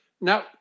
Now